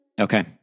okay